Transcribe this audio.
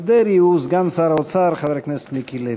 דרעי הוא סגן שר האוצר חבר הכנסת מיקי לוי.